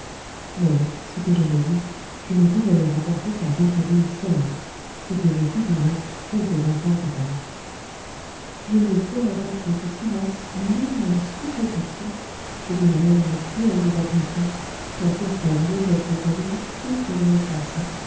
mais ce que j'avais vu je ne pouvais le rapporter qu'à rouletabille seul ce que je fis du reste quelques instants plus tard je ne saurais passer sous silence l'immense stupéfaction je dirai même le cruel désappointement dont firent preuve joseph rouletabille et frédéric larsan